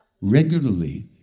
regularly